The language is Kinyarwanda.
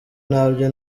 ntabyo